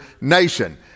nation